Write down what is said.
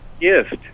gift